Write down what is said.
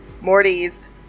Morty's